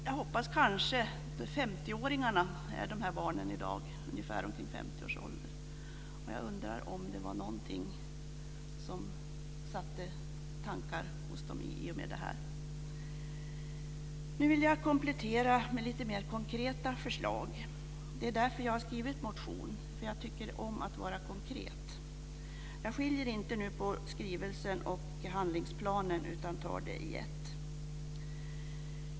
Jag hoppas och undrar om detta var något som satte i gång några tankar hos de här barnen, som i dag är i 50-årsåldern. Nu vill jag komplettera med lite mer konkreta förslag. Det är därför jag skriver motioner - jag tycker om att vara konkret. Jag skiljer nu inte på skrivelsen och handlingsplanen, utan tar dem i ett.